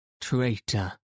Traitor